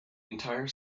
entire